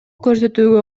көрсөтүүгө